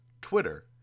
Twitter